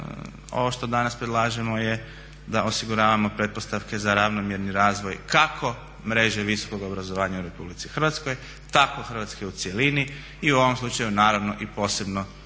ovo što danas predlažemo je da osiguravamo pretpostavke za ravnomjerni razvoj kako mreže visokog obrazovanja u RH, tako Hrvatske u cjelini i u ovom slučaju naravno i posebno